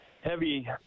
heavy